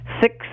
six